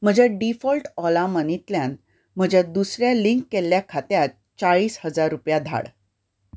म्हज्या डिफॉल्ट ओला मनींतल्यान म्हज्या दुसऱ्या लिंक केल्ल्या खात्यांत चाळीस हजार रुपया धाड